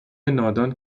نادان